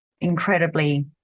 incredibly